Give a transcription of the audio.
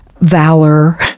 valor